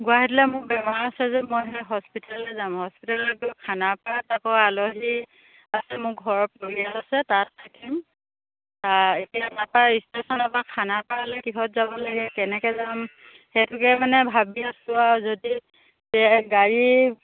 গুৱাহাটীলৈ মোৰ বেমাৰ আছে যে মই সেই হস্পিটললৈ যাম হস্পিতেলত খানাপাৰাত আকৌ আলহী আছে মোৰ ঘৰৰ পৰিয়াল আছে তাত থাকিম এতিয়া তাৰপৰা ষ্টেচনৰ পৰা খানাপাৰালৈ কিহত যাব লাগে কেনেকৈ যাম সেইটোকে মানে ভাবি আছোঁ আৰু যদি গাড়ী